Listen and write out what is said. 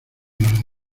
los